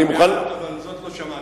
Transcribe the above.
אני מוכן, אבל זאת לא שמעתי.